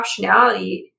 optionality